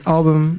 Album